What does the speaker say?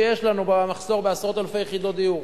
שיש לנו במחסור בעשרות אלפי יחידות דיור.